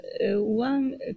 one